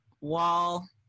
wall